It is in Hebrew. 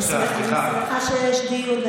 אני שמחה שיש דיון,